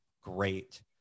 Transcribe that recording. great